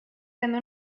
també